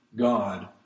God